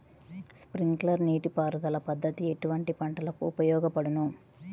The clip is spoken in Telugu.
స్ప్రింక్లర్ నీటిపారుదల పద్దతి ఎటువంటి పంటలకు ఉపయోగపడును?